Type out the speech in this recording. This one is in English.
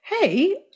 Hey